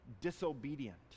disobedient